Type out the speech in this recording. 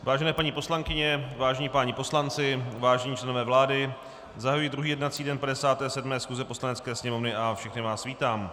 Vážené paní poslankyně, vážení páni poslanci, vážení členové vlády, zahajuji druhý jednací den 57. schůze Poslanecké sněmovny a všechny vás vítám.